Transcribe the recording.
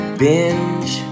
binge